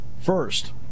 First